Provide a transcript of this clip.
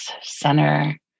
center